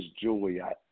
Juliet